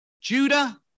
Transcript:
Judah